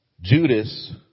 Judas